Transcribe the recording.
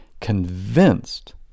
convinced